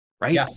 Right